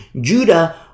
Judah